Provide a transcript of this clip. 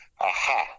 aha